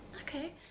Okay